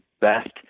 best